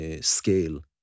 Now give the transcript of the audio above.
scale